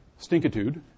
stinkitude